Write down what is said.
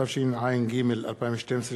התשע"ג 2012,